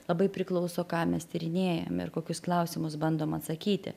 labai priklauso ką mes tyrinėjam ir kokius klausimus bandom atsakyti